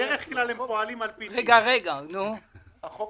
החוק